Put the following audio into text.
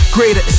Greater